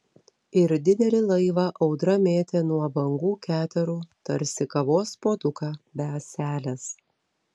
ir didelį laivą audra mėtė nuo bangų keterų tarsi kavos puoduką be ąselės